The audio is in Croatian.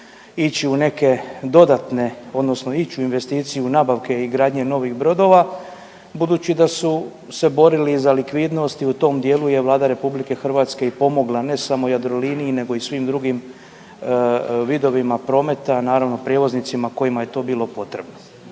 ići u neke dodatne odnosno ići u investiciju nabavke i gradnje novih brodova, budući da su se borili za likvidnost i u tom dijelu je Vlada RH i pomogla ne samo Jadroliniji nego i svim drugim vidovima prometa, naravno prijevoznicima kojima je to bilo potrebno.